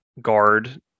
guard